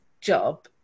job